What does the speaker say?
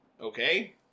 Okay